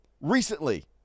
recently